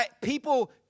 people